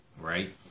right